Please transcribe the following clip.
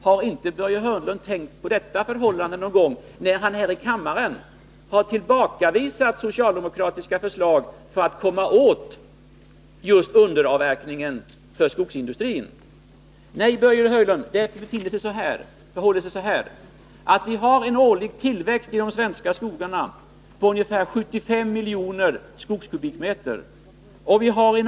Har inte Börje Hörnlund någon gång tänkt på detta förhållande, när han här i kammaren har tillbakavisat socialdemokratiska förslag för att komma åt just underavverkningen för skogsindustrin? Nej, Börje Hörnlund, det förhåller sig så här: Vi har en årlig tillväxt i de svenska skogarna på ungefär 75 miljoner skogskubikmeter.